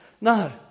No